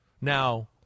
Now